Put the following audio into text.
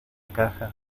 caja